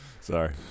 Sorry